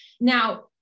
Now